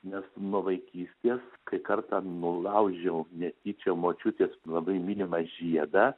nes nuo vaikystės kai kartą nulaužiau netyčia močiutės labai mylimą žiedą